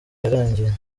yarangiye